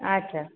ᱟᱪᱪᱷᱟ